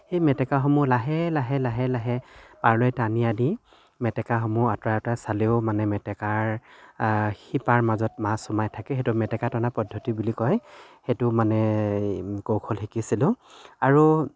সেই মেটেকাসমূহ লাহে লাহে লাহে লাহে পাৰলৈ টানি আনি মেটেকাসমূহ আতঁৰাই আতঁৰাই চালেও মানে মেটেকাৰ শিপাৰ মাজত মাছ সোমাই থাকে সেইটো মেটেকা টনা পদ্ধতি বুলি কয় সেইটো মানে কৌশল শিকিছিলোঁ আৰু